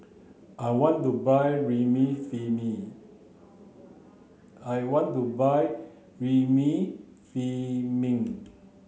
I want to buy Remifemin